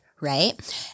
Right